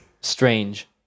strange